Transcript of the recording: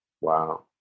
Wow